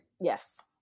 Yes